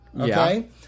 Okay